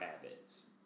habits